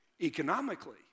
Economically